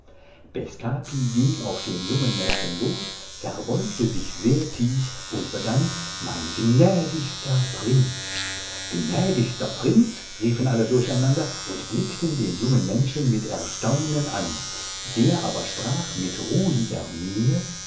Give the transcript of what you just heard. ging auf den jungen menschen los verbeugte sich sehr tief und begann mein gnädigster prinz gnädigster prinz riefen alle durcheinander und blickten den jungen menschen mit erstaunen an der aber sprach mit ruhiger miene